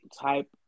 type